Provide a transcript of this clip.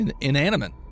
inanimate